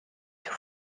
sous